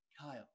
Kyle